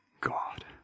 God